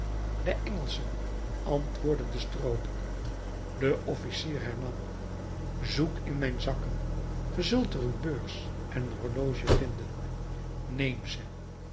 de engelschen antwoordde de strooper de officier hernam zoek in mijn zakken ge zult er een beurs en een horloge vinden neem ze